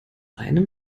einem